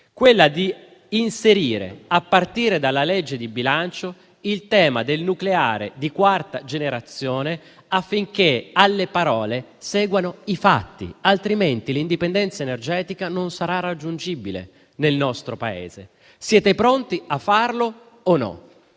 volta ad inserire, a partire dalla legge di bilancio, il tema del nucleare di quarta generazione affinché alle parole seguano i fatti, altrimenti l'indipendenza energetica non sarà raggiungibile nel nostro Paese. Siete pronti a farlo o no?